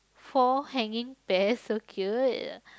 four hanging pears so cute